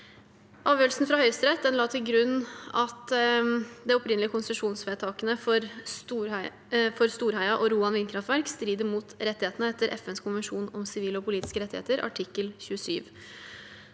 Avgjørelsen fra Høyesterett la til grunn at de opprinnelige konsesjonsvedtakene for Storheia og Roan vindkraftverk strider mot rettighetene etter FNs konvensjon om sivile og politiske rettigheter, artikkel